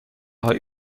های